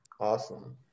Awesome